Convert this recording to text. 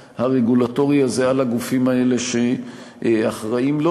הרגולטורי הזה על הגופים האלה שאחראים לו.